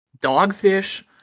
Dogfish